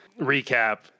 recap